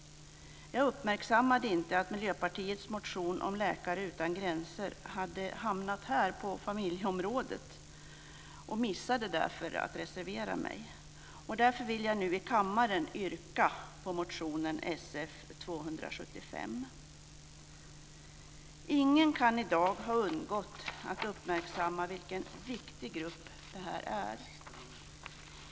Jag uppmärksammade inte att Miljöpartiets motion om Läkare utan gränser hade hamnat inom familjeområdet, och jag missade därför att reservera mig. Därför vill jag nu i kammaren yrka bifall till motion Sf275. Ingen kan i dag ha undgått att uppmärksamma vilken viktig grupp detta är.